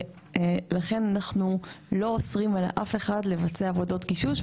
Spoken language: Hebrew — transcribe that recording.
לכן אנחנו לא אוסרים על אף אחד לבצע עבודות גישוש,